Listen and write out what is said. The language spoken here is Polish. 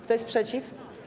Kto jest przeciw?